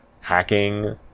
hacking